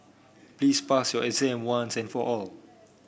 please pass your exam once and for all